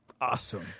awesome